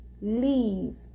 leave